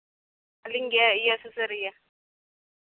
ᱟᱹᱞᱤᱧ ᱜᱮ ᱤᱭᱟᱹ ᱥᱩᱥᱟᱹᱨᱤᱭᱟ